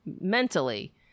mentally